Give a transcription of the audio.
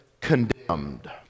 condemned